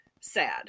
sad